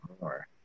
more